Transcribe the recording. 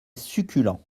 succulent